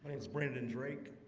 it's brandon drake,